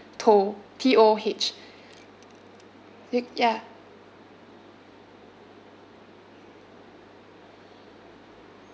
toh T O H y~ ya